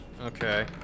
Okay